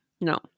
No